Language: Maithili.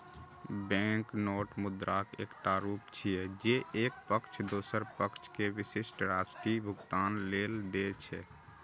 बैंकनोट मुद्राक एकटा रूप छियै, जे एक पक्ष दोसर पक्ष कें विशिष्ट राशि भुगतान लेल दै छै